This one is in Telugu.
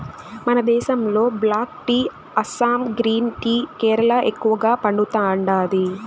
మన దేశంలో black tea Assam green tea Kerala ఎక్కువగా పండతాండాది